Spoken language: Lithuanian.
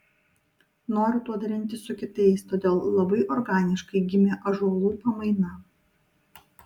noriu tuo dalintis su kitais todėl labai organiškai gimė ąžuolų pamaina